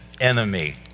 enemy